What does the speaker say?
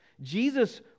Jesus